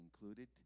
included